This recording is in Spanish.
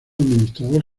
administrador